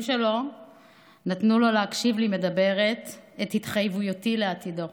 שלו נתנו לו להקשיב לי מדברת את התחייבותי לעתידו.